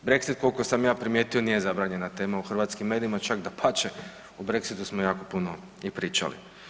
Brexit koliko sam ja primijetio nije zabranjena tema u hrvatskim medijima, čak dapače o brexitu smo jako puno i pričali.